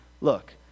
look